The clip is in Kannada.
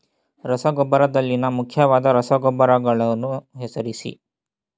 ರಸಗೊಬ್ಬರದಲ್ಲಿನ ಮುಖ್ಯವಾದ ರಸಗೊಬ್ಬರಗಳನ್ನು ಹೆಸರಿಸಿ?